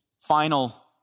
final